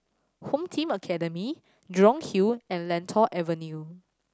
Home Team Academy Jurong Hill and Lentor Avenue